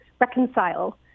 reconcile